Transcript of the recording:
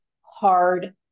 hard